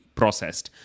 processed